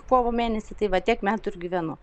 kovo mėnesį tai va tiek metų ir gyvenu